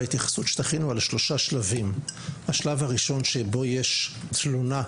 בהתייחסות שתכינו על שלושה שלבים: השלב הראשון שבו יש תלונה,